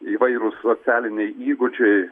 įvairūs socialiniai įgūdžiai